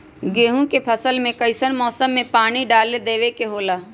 गेहूं के फसल में कइसन मौसम में पानी डालें देबे के होला?